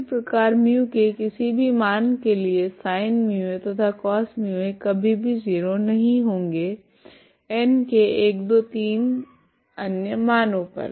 इसी प्रकार μ के किसी भी मान के लिए sinμa तथा cosμa कभी भी 0 नहीं होगे n के 123 मानो पर